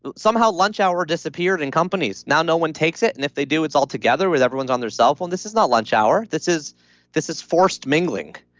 somehow lunch hour disappeared in companies. now, no one takes it and if they do it's all together with everyone's on their cellphone. this is not lunch hour. this is this is forced mingling.